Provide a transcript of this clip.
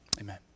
Amen